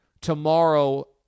tomorrow